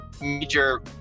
major